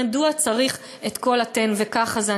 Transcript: מדוע צריך את כל ה"תן וקח" הזה?